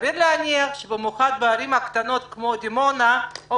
סביר להניח שבמיוחד בערים קטנות כמו דימונה או